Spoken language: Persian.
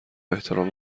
احترام